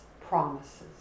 promises